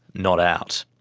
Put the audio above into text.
not out.